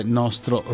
nostro